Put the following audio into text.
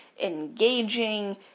engaging